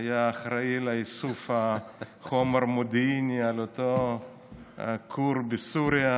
הוא היה אחראי לאיסוף החומר המודיעיני על אותו כור בסוריה,